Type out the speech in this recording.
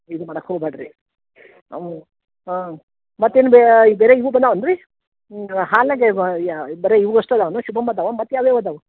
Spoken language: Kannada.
ಇದು ಮಾಡಕ್ಕ ಹೋಗ್ಬೇಡ್ರಿ ಅವು ಹಾಂ ಮತ್ತೇನು ಬೇರೆ ಇವು ಬಂದಾವೇನ್ ರೀ ಹ್ಞೂ ಹಾಲಿನಾಗೆ ಬರಿ ಇವು ಬರಿ ಅಷ್ಟೆ ಅದಾವೇನು ಶುಭಮ್ ಅದಾವಾ ಮತ್ಯಾವ್ಯಾವು ಅದಾವೆ